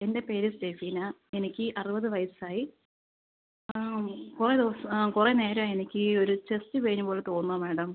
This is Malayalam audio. എൻ്റെ പേര് സ്റ്റെഫീന എനിക്ക് അറുപത് വയസ്സായി ആ കുറേ ദിവസം ആ കുറേ നേരമായി എനിക്ക് ഒരു ചെസ്റ്റ് പെയിൻ പോലെ തോന്നുന്നു മാഡം